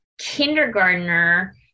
kindergartner